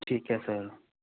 ਠੀਕ ਐ ਸਰ